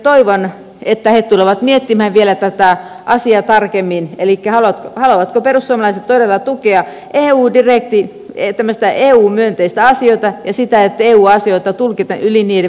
toivon että he tulevat miettimään tätä asiaa vielä tarkemmin elikkä sitä haluavatko perussuomalaiset todella tukea eu myönteistä asiaa ja sitä että eu asioita tulkitaan yli niiden vaatiman tarpeen